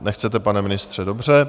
Nechcete, pane ministře, dobře.